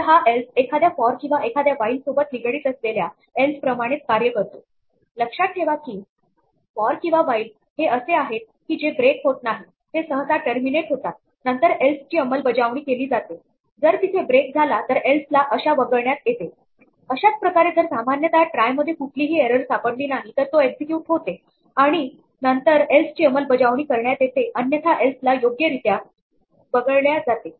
तर हा एल्स एखाद्या फॉर किंवा एखाद्या ह्वाइल सोबत निगडीत असलेल्या एल्स प्रमाणेच कार्य करतो लक्षात ठेवा कि फॉर किंवा ह्वाइल हे असे आहेत की जे ब्रेक होत नाही ते सहसा टर्मिनेट होतात नंतर एल्सची अंमलबजावणी केली जाते जर तिथे ब्रेक झाला तर एल्स ला अशा वगळण्यात येते अशाच प्रकारे जर सामान्यतः ट्राय मध्ये कुठलीही एरर सापडली नाही तर तो एक्झिक्युट होते आणि नंतर एल्सची अंमलबजावणी करण्यात येते अन्यथा एल्सला योग्यरीत्या वगळले जाते